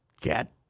Cat